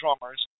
Drummers